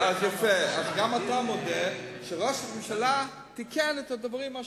אז גם אתה מודה שראש הממשלה תיקן את הדברים.